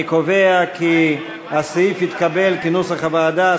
אני קובע כי הסעיף התקבל כנוסח הוועדה,